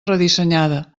redissenyada